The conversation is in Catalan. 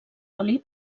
oli